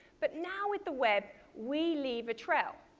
but now with the web, we leave a trail.